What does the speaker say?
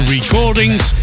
Recordings